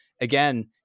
again